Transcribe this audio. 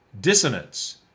dissonance